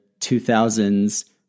2000s